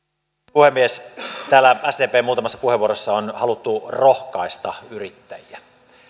puhemies täällä muutamassa sdpn puheenvuorossa on haluttu rohkaista yrittäjiä